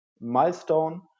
milestone